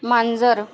मांजर